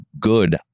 good